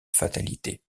fatalité